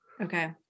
Okay